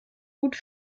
gut